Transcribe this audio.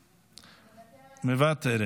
מוותרת,